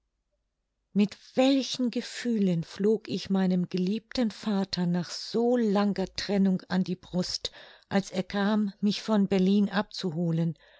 mit welchen gefühlen flog ich meinem geliebten vater nach so langer trennung an die brust als er kam mich von berlin abzuholen